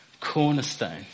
cornerstone